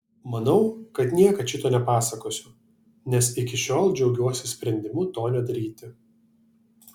manau kad niekad šito nepasakosiu nes iki šiol džiaugiuosi sprendimu to nedaryti